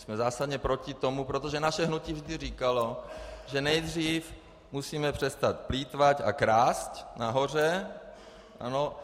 Jsme zásadně proti tomu, protože naše hnutí vždy říkalo, že nejdříve musíme přestat plýtvat a krást nahoře, ano.